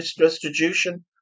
restitution